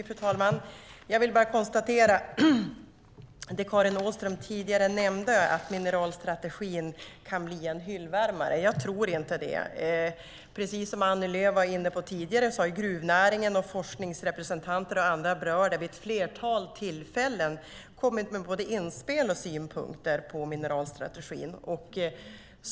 Fru talman! Karin Åström nämnde tidigare att mineralstrategin kan bli en hyllvärmare. Jag tror inte det. Precis som Annie Lööf var inne på tidigare har gruvnäringen, forskningsrepresentanter och andra berörda vid ett flertal tillfällen kommit med både inspel och synpunkter på mineralstrategin.